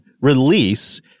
release